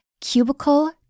cubicle